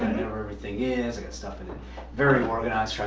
where everything is, i got stuff in it very organized,